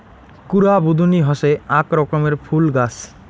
কুরা বুদনি হসে আক রকমের ফুল গাছ